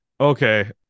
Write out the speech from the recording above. Okay